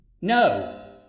No